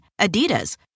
Adidas